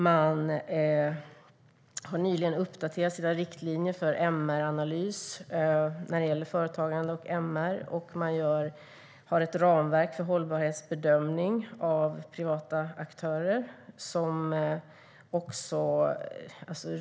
Man har nyligen uppdaterat sina riktlinjer för MR-analys när det gäller företagande och MR och man har ett ramverk för hållbarhetsbedömning av privata aktörer.